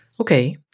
Okay